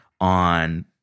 on